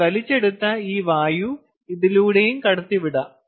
ഞാൻ വലിച്ചെടുത്ത ഈ വായു ഇതിലൂടെയും കടത്തിവിടാം